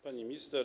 Pani Minister!